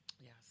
Yes